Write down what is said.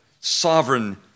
sovereign